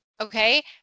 okay